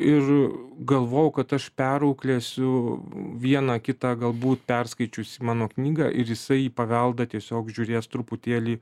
ir galvojau kad aš perauklėsiu vieną kitą galbūt perskaičiusį mano knygą ir jisai į paveldą tiesiog žiūrės truputėlį